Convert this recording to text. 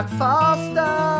faster